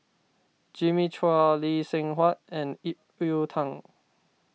Jimmy Chua Lee Seng Huat and Ip Yiu Tung